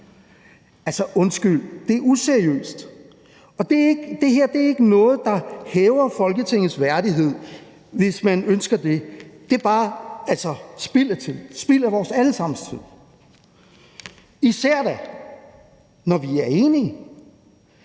Altså, undskyld: Det er useriøst. Og det her er ikke noget, der hæver Folketingets værdighed, hvis man ønsker det. Det er bare spild af vores alle sammens tid – især da, når vi enige.